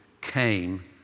came